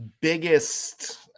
biggest –